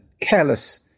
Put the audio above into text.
careless